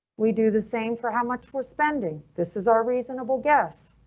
we do the same for how much we're spending. this is our reasonable guess.